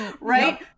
right